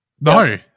No